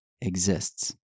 exists